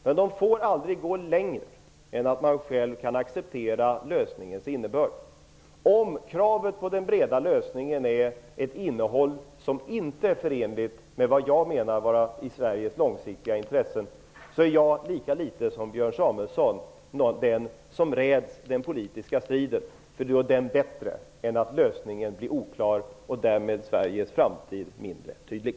Men de får aldrig gå längre än att man själv kan acceptera lösningens innebörd. Om kravet på den breda lösningen är ett innehåll som inte är förenligt med vad jag menar vara i Sveriges långsiktiga intressen, räds jag lika litet som Björn Samuelson den politiska striden. Då är det bättre med en sådan än att lösningen blir oklar och därmed Sveriges framtid mindre tydlig.